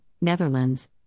Netherlands